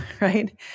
right